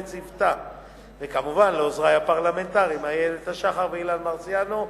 וכמובן לעוזרי הפרלמנטריים איילת-השחר ואילן מרסיאנו,